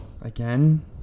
Again